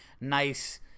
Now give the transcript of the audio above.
nice